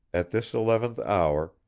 at this eleventh hour,